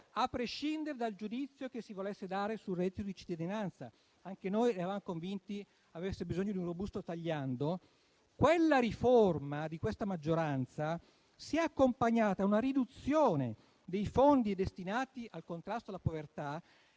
A prescindere dal giudizio che si volesse dare sul reddito di cittadinanza - anche noi eravamo convinti che avesse bisogno di un robusto tagliando - quella riforma di questa maggioranza si è accompagnata a una riduzione dei fondi destinati al contrasto alla povertà,